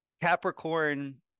Capricorn